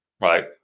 right